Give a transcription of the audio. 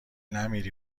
نمیری